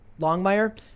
Longmire